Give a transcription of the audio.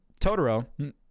Totoro